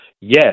Yes